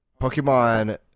Pokemon